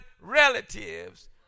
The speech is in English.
relatives